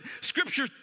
Scripture